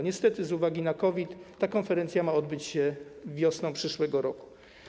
Niestety z uwagi na COVID ta konferencja ma się odbyć wiosną przyszłego roku.